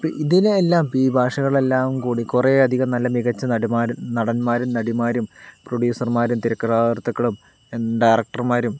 അപ്പോൾ ഇതിനെ എല്ലാം ഇപ്പോൾ ഈ ഭാഷകളെല്ലാം കൂടി കുറേ അധികം നല്ല മികച്ച നടിമാരും നടന്മാരും നടിമാരും പ്രൊഡ്യൂസർമാരും തിരക്കഥാ കൃത്തുക്കളും ഡയറക്ടർമാരും